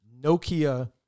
Nokia